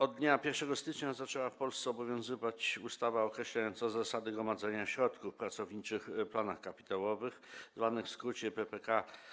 Od dnia 1 stycznia zaczęła w Polsce obowiązywać ustawa określająca zasady gromadzenia środków w pracowniczych planach kapitałowych, zwanych w skrócie PPK.